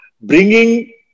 bringing